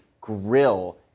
grill